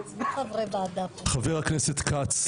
חבר הכנסת כץ,